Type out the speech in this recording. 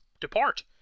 depart